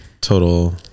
Total